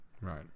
right